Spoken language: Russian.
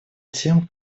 тем